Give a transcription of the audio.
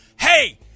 hey